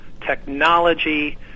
technology